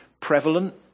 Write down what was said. prevalent